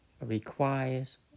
requires